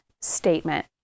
statement